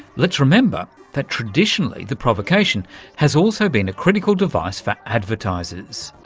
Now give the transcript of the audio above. let's remember that traditionally the provocation has also been a critical device for advertisers.